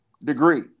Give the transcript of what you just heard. degree